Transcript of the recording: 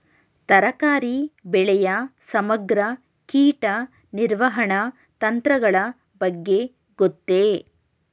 ತರಕಾರಿ ಬೆಳೆಯ ಸಮಗ್ರ ಕೀಟ ನಿರ್ವಹಣಾ ತಂತ್ರಗಳ ಬಗ್ಗೆ ಗೊತ್ತೇ?